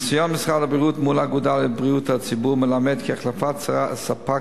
הניסיון של משרד הבריאות מול האגודה לבריאות הציבור מלמד כי החלפת ספק